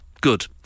Good